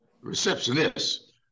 receptionist